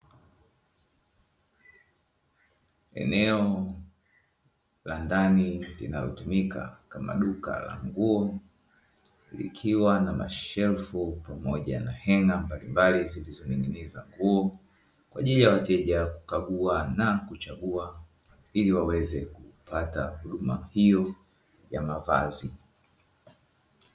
Eneo la ndani linalotumika kama duka la nguo likiwa na mashelfu pamoja na henga mbalimbali zilizoning'iniza nguo kwa ajili ya wateja kukagua na kuchagua, ili waweze kupata huduma hiyo ya mavazi.